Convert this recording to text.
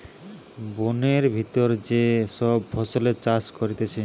বোনের ভিতর যে সব ফসলের চাষ করতিছে